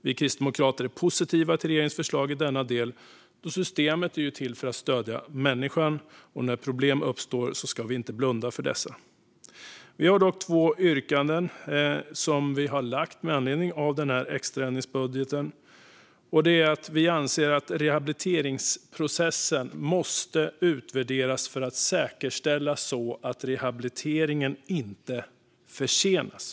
Vi kristdemokrater är positiva till regeringens förslag i denna del; systemet är till för att stödja människan, och när problem uppstår ska vi inte blunda för dessa. Vi har dock två yrkanden med anledning av denna extra ändringsbudget. För det första anser vi att man måste utvärdera rehabiliteringsprocessen för att säkerställa att rehabiliteringen inte försenas.